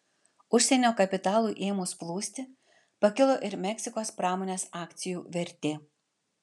užsienio kapitalui ėmus plūsti pakilo ir meksikos pramonės akcijų vertė